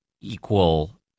equal